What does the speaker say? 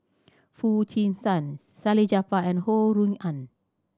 Foo Chee San Salleh Japar and Ho Rui An